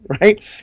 right